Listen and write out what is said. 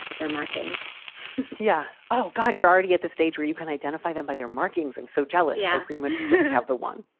their markings yeah. oh, god. you're already at the stage where you can identify them by their markings. i'm so jealous. yeah, i pretty much have the one.